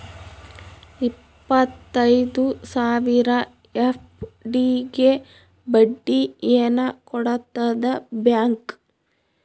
ಇಪ್ಪತ್ತೈದು ಸಾವಿರ ಎಫ್.ಡಿ ಗೆ ಬಡ್ಡಿ ಏನ ಕೊಡತದ ಬ್ಯಾಂಕ್?